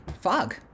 fog